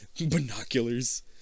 binoculars